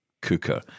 cooker